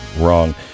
wrong